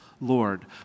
Lord